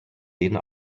läden